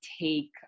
take